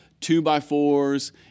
two-by-fours